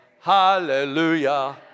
hallelujah